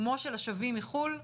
כמו של השבים מחו"ל,